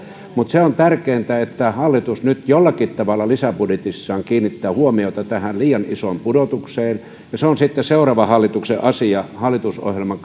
mutta se on tärkeintä että hallitus nyt jollakin tavalla lisäbudjetissaan kiinnittää huomiota tähän liian isoon pudotukseen ja se on sitten seuraavan hallituksen asia hallitusohjelman